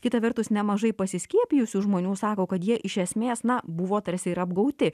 kita vertus nemažai pasiskiepijusių žmonių sako kad jie iš esmės na buvo tarsi ir apgauti